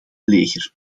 leger